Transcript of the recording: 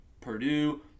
Purdue